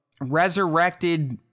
resurrected